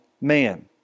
man